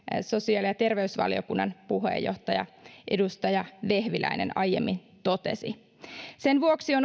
sosiaali ja terveysvaliokunnan puheenjohtaja edustaja vehviläinen aiemmin totesi sen vuoksi on